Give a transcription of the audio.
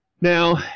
Now